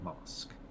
Mosque